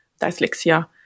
dyslexia